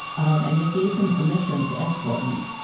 um and they gave him permission to escort me.